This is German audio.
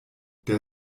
der